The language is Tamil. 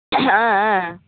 ஆஆ